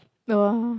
no